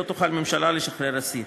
לא תוכל הממשלה לשחרר אסיר.